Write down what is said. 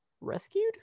rescued